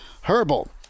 Herbal